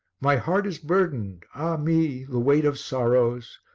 my heart is burdened ah me! the weight of sorrows!